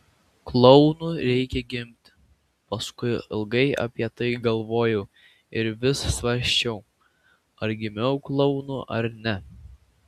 klounu reikia gimti paskui ilgai apie tai galvojau ir vis svarsčiau ar gimiau klounu ar ne